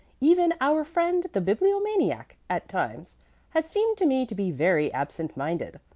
even our friend the bibliomaniac at times has seemed to me to be very absent-minded.